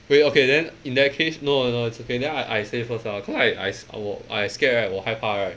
wait okay then in that case no no no it's okay then I I say first ah cause I I will I scared right 我害怕 right